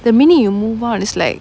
the minute you move out it's like